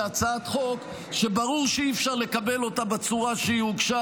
הצעת חוק שברור שאי-אפשר לקבל אותה בצורה שהיא הוגשה